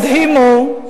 עכשיו, החלק המדהים הוא,